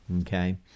okay